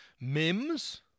mims